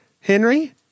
Henry